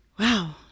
Wow